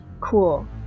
Cool